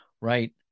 Right